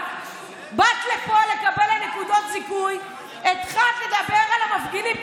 עלתה לפה שרה ופתחה עליי ב-100 קמ"ש,